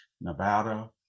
Nevada